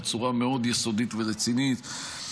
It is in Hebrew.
בצורה מאוד יסודית ורצינית,